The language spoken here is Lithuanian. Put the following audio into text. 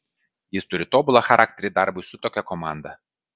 jis turi tobulą charakterį darbui su tokia komanda